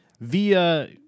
via